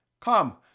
Come